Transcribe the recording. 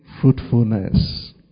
fruitfulness